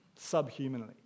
subhumanly